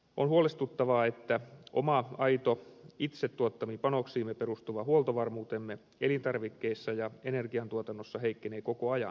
on huolestuttavaa että oma aito itse tuottamiin panoksiimme perustuva huoltovarmuutemme elintarvikkeissa ja energiantuotannossa heikkenee koko ajan